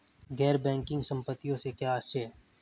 गैर बैंकिंग संपत्तियों से क्या आशय है?